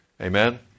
Amen